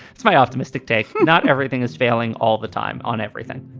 it's my optimistic day. not everything is failing all the time on everything